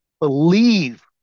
Believe